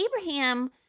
Abraham